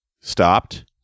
stopped